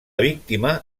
víctima